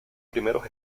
primeros